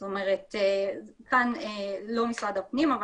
לא משרד הפנים,